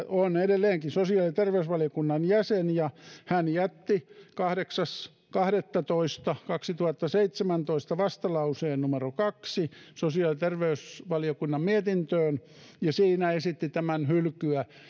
on sosiaali ja terveysvaliokunnan jäsen ja hän jätti kahdeksas kahdettatoista kaksituhattaseitsemäntoista vastalauseen numero kaksi sosiaali ja terveysvaliokunnan mietintöön ja siinä esitti tämän hylkyä